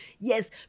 yes